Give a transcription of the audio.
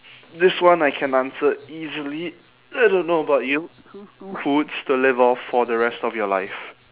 this one I can answer easily I don't know about you choose two foods to live off for the rest of your life